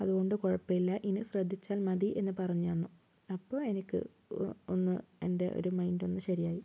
അതുകൊണ്ട് കുഴപ്പമില്ല ഇനി ശ്രദ്ധിച്ചാൽ മതി എന്ന് പറഞ്ഞു തന്നു അപ്പോൾ എനിക്ക് ഒന്ന് എൻ്റെ ഒരു മൈൻഡ് ഒന്ന് ശരിയായി